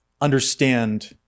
understand